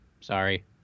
sorry